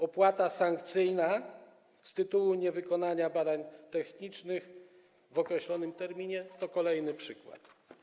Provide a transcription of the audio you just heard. Opłata sankcyjna z tytułu niewykonania badań technicznych w określonym terminie to kolejny przykład.